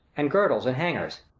and girdles and hangers?